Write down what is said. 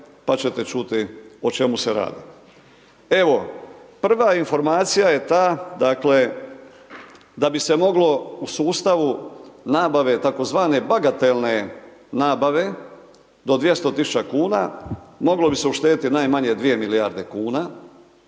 pa ćete čuti o čemu se radi. Prva informacija je ta, da bi se moglo u sustavu nabave, tzv. bagatelne nabave do 200 tisuća kuna, moglo bi se uštediti najmanje 2 milijarde kuna,